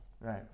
Right